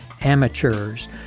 amateurs